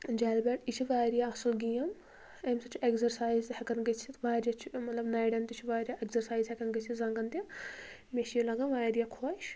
جالہِ بیٹ یہِ چھِ واریاہ اصٕل گیم اَمہِ سۭتۍ چھِ ایٚگزرسایز تہِ ہیٚکان گژھِتھ واریاہ چھِ ٲں مطلب نَریٚن تہِ چھِ واریاہ ایٚگزرسایِز ہیٚکان گژھِتھ زَنٛگَن تہِ مےٚ چھِ یہِ لَگان واریاہ خۄش